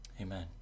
Amen